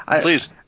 Please